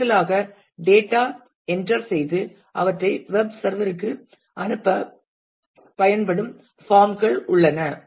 கூடுதலாக டேட்டா ஐ என்றற் செய்து அவற்றை வெப் சர்வர் ற்கு அனுப்ப பயன்படும் பாம் கள் உள்ளன